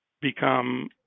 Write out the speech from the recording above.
become